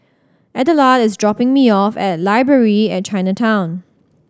Adelard is dropping me off at Library at Chinatown